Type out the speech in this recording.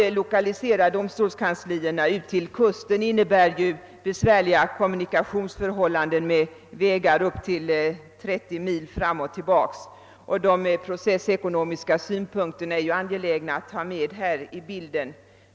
En lokalisering av domstolskanslierna till kusten skulle innebära besvärliga kommunikationsproblem med resvägar på upp till 30 mil till domsagorna för människor från de inre delarna av landskapet. Det är ju angeläget att beakta de processekonomiska synpunkterna i detta sammanhang.